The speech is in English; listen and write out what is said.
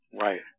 right